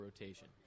rotation